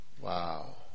wow